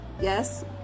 Yes